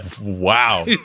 Wow